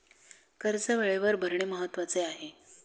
कर्ज वेळेवर भरणे महत्वाचे आहे